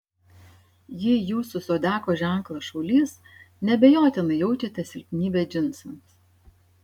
jei jūsų zodiako ženklas šaulys neabejotinai jaučiate silpnybę džinsams